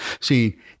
see